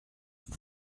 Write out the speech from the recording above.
vous